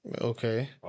Okay